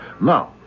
Now